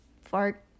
fart